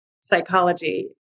psychology